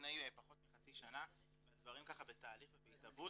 לפני פחות מחצי שנה והדברים בתהליך ובהתהוות.